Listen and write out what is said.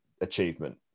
achievement